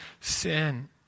sin